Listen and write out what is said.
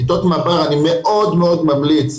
אני מאוד ממליץ,